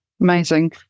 Amazing